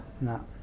no